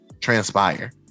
Transpire